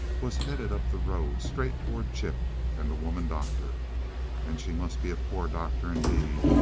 was heading up the road straight toward chip and the woman doctor and she must be a poor doctor indeed,